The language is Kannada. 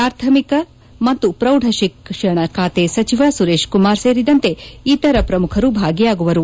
ಪ್ರಾಥಮಿಕ ಮತ್ತು ಪ್ರೌಢಶಿಕ್ಷಣ ಖಾತೆ ಸಚಿವ ಸುರೇಶ್ ಕುಮಾರ್ ಸೇರಿದಂತೆ ಇತರ ಪ್ರಮುಖರು ಭಾಗಿಯಾಗುವರು